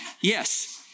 Yes